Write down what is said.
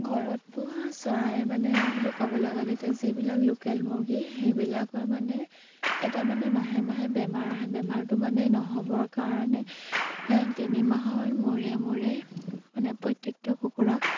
ঘৰত পোহা চৰাই মানে বুলি ক'বলৈ গ'লে এতিয়া যিবিলাক লোকেল মুৰ্গী সেইবিলাকৰ মানে এটা মানে মাহে মাহে বেমাৰ আহে বেমাৰটো মানে নহ'বৰ কাৰণে তিনিমাহৰ মূৰে মূৰে মানে প্ৰত্যেকটো কুকুৰাক